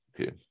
Okay